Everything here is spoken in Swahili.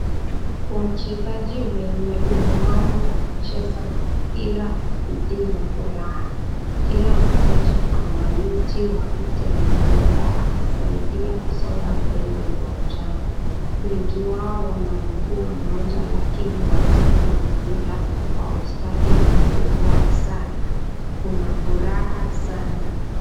Wachezaji wenye ulemavu wanacheza mpira kwa bidii na furaha. Kila mmoja ana mti ya kutembelea akisaidia kusonga mbele uwanjani. Wengi wao wana mguu mmoja wengine wanapiga mpira kwa ustadi mkubwa sana kuna furaha sana.